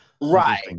right